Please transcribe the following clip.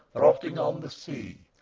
rotting on the sea,